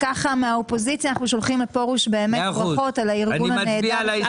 מהאופוזיציה אנחנו שולחים לפרוש ברכות על הארגון הנהדר.